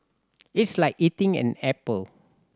it's like eating an apple